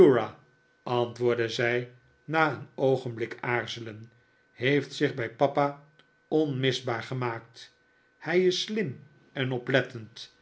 antwoordde zij na een oogenblik aarzelen heeft zich bij papa onmisbaar gemaakt hij is slim en oplettend